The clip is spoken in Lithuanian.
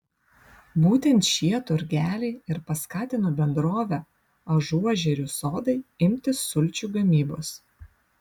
būtent šie turgeliai ir paskatino bendrovę ažuožerių sodai imtis sulčių gamybos